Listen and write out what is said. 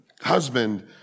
husband